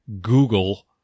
Google –